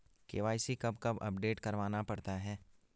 KYC कब कब update करवाना पड़ता है?